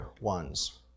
Ones